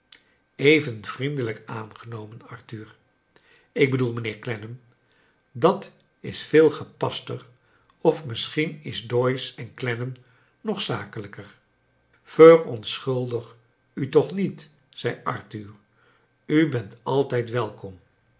even vriendelijk aangenomen arthur ik bedoel mijnheer clennam dat is veel gepaster of misschien is doyce en clennam nog zakelijker verontschuldig u toch niet zei arthur u bent altijd welkom